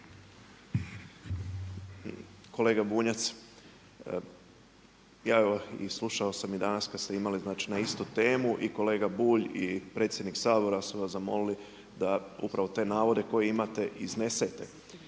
Kolega Bunjac, slušao sam i danas kada ste imali znači na istu temu i kolega Bulj i predsjednik Sabora su vas zamolili da upravo te navode koje imate iznesete.